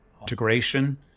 Integration